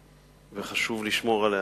וחשוב לשמור עליה.